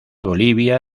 bolivia